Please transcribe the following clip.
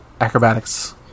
acrobatics